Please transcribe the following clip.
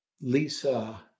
Lisa